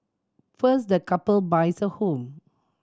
first the couple buys a home